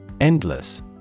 Endless